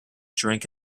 drink